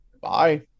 Bye